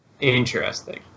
Interesting